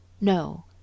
No